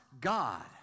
God